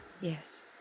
Yes